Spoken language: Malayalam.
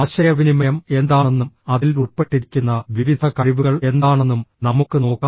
ആശയവിനിമയം എന്താണെന്നും അതിൽ ഉൾപ്പെട്ടിരിക്കുന്ന വിവിധ കഴിവുകൾ എന്താണെന്നും നമുക്ക് നോക്കാം